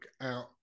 out